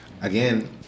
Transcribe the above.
again